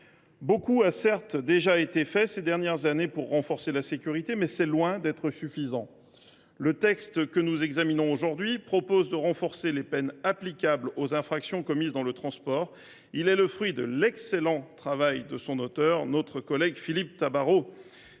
Beaucoup a déjà été fait ces dernières années pour renforcer la sécurité, mais c’est loin d’être suffisant. Le présent texte vise à aggraver les peines applicables aux infractions commises dans les transports. Il est le fruit de l’excellent travail de son auteur, notre collègue Philippe Tabarot.